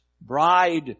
bride